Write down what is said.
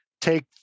take